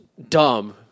Dumb